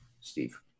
Steve